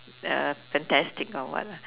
uh fantastic or what lah